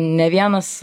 ne vienas